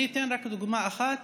אני אתן רק דוגמה אחת: